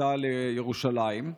בכניסה לירושלים.